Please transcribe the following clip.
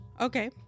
Okay